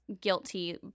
guilty